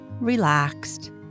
relaxed